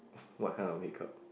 what kind of makeup